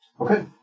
Okay